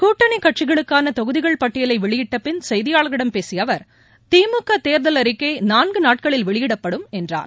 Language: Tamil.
கூட்டணிக் கட்சிகளுக்கான தொகுதிகள் பட்டியலை வெளியிட்ட பின் செய்தியாளர்களிடம் பேசிய அவர் திமுக தேர்தல் அறிக்கை நான்கு நாட்களில் வெளியிடப்படும் என்றார்